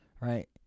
right